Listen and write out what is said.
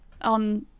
on